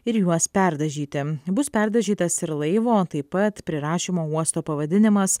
ir juos perdažyti bus perdažytas ir laivo taip pat prirašymo uosto pavadinimas